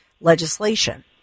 legislation